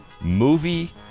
Movie